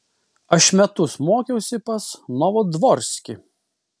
aš metus mokiausi pas novodvorskį